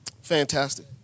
Fantastic